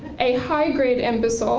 a high grade imbecile